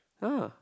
!huh!